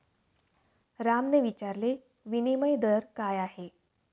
रामने विचारले, विनिमय दर काय आहे?